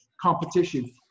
Competition